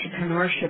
entrepreneurship